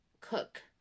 cook